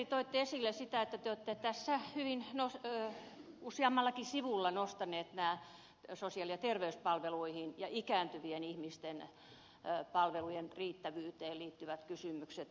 te toitte esille sitä että te olette tässä useammallakin sivulla nostaneet esiin sosiaali ja terveyspalveluiden ja ikääntyvien ihmisten palveluiden riittävyyteen liittyvät kysymykset